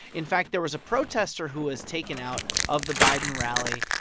in fact, there was a protester who was taken out of the biden rally.